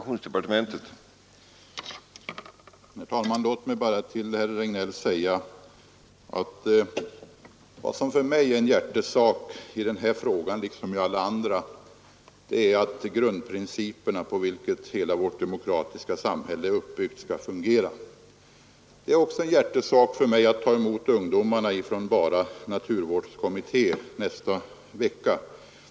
Herr talman! Låt mig bara till herr Regnéll säga att vad som för mig är en hjärtesak i den här frågan liksom i alla andra är att grundprinciperna, på vilka hela vårt demokratiska samhälle är uppbyggt, skall fungera. Det är också en hjärtesak för mig att ta emot ungdomar från Bara naturvårdskommitté nästa vecka.